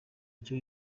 icyo